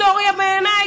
בעיניי,